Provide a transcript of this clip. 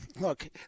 look